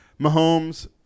Mahomes